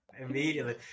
Immediately